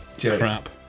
crap